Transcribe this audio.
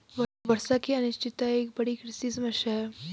वर्षा की अनिश्चितता एक बड़ी कृषि समस्या है